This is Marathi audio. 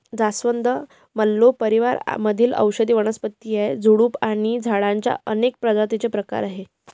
जास्वंद, मल्लो परिवार मधील औषधी वनस्पती, झुडूप आणि झाडांच्या अनेक प्रजातींचे प्रकार आहे